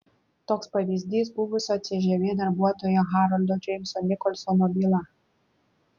toks pavyzdys buvusio cžv darbuotojo haroldo džeimso nikolsono byla